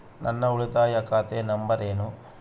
ನನ್ನ ಉಳಿತಾಯ ಖಾತೆ ನಂಬರ್ ಏನು?